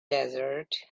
desert